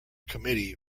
committee